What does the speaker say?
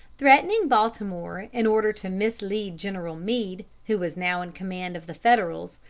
threatening baltimore in order to mislead general meade, who was now in command of the federals,